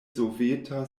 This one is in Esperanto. soveta